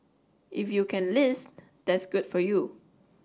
if you can list that's good for you